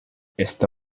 está